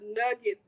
nuggets